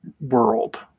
world